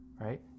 right